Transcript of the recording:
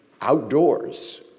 outdoors